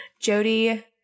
Jody